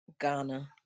Ghana